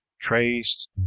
traced